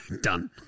Done